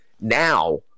Now